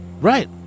Right